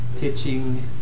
pitching